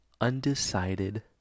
Undecided